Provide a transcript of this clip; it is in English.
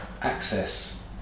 access